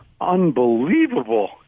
unbelievable